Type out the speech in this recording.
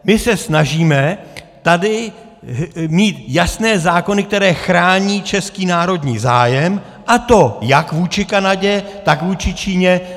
My se snažíme tady mít jasné zákony, které chrání český národní zájem a to jak vůči Kanadě, tak vůči Číně.